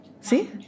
See